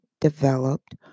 developed